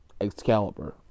Excalibur